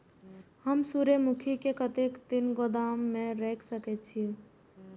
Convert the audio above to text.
हम सूर्यमुखी के कतेक दिन गोदाम में रख सके छिए?